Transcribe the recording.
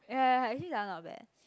ya ya ya actually Zara not bad